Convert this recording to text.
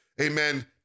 Amen